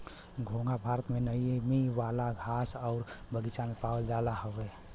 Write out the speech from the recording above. घोंघा भारत में नमी वाला घास आउर बगीचा में पावल जात हउवे